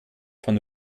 von